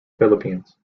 philippines